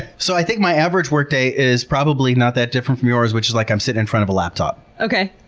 so i think my average workday is probably not that different from yours, which is like i'm sitting in front of a laptop. okay.